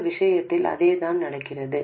இந்த விஷயத்திலும் அதேதான் நடக்கிறது